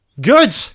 Good